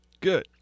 Good